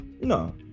no